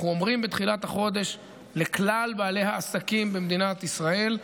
אנחנו אומרים בתחילת החודש לכלל בעלי העסקים במדינת ישראל: